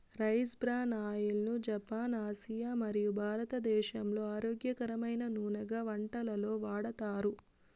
rice bran oil ను Japan, Asia మరియు భారతదేశంలో ఆరోగ్యకరమైన నూనెగా వంటలలో వాడతారు